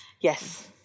Yes